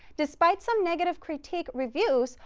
despite some negative critique reviews,